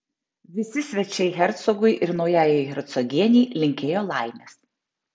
visi svečiai hercogui ir naujajai hercogienei linkėjo laimės